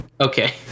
Okay